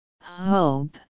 Hope